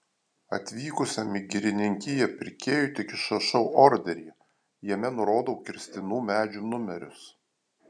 atvykusiam į girininkiją pirkėjui tik išrašau orderį jame nurodau kirstinų medžių numerius